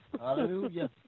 Hallelujah